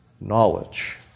knowledge